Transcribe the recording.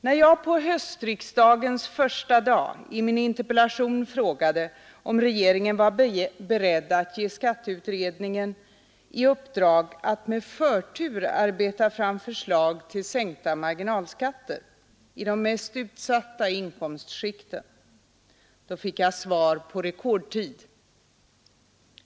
När jag på höstriksdagens första dag i min interpellation frågade om regeringen var beredd att ge skatteutredningen i uppdrag att med förtur arbeta fram förslag till sänkta marginalskatter i de mest utsatta inkomstskikten fick jag svar på rekordtid.